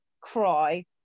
cry